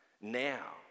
Now